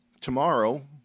Tomorrow